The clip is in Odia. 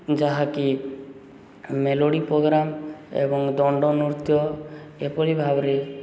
ଯାହାକି ମେଲୋଡ଼ି ପୋଗ୍ରାମ୍ ଏବଂ ଦଣ୍ଡ ନୃତ୍ୟ ଏପରି ଭାବରେ